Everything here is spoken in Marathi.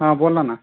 हां बोला ना